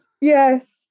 yes